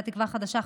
סיעת תקווה חדשה,